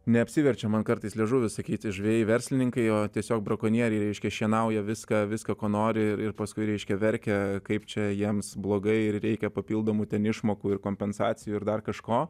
neapsiverčia man kartais liežuvis sakyti žvejai verslininkai o tiesiog brakonieriai reiškia šienauja viską viską ko nori ir ir paskui reiškia verkia kaip čia jiems blogai ir reikia papildomų ten išmokų ir kompensacijų ir dar kažko